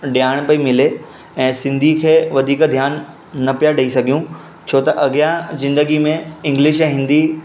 ॼाण पेई मिले ऐं सिंधी खे वधीक ध्यानु न पिया ॾेई सघूं छो त अॻियां ज़िंदगी में इंग्लिश ऐं हिंदी